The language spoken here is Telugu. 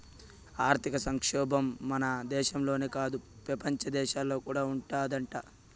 ఆర్థిక సంక్షోబం మన దేశంలోనే కాదు, పెపంచ దేశాల్లో కూడా ఉండాదట